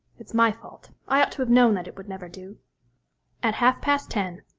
it's my fault. i ought to have known that it would never do at half-past ten,